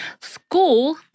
school